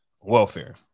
welfare